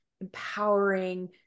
empowering